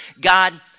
God